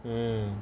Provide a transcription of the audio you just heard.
um